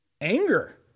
anger